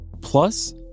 Plus